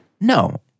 No